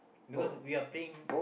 because we are paying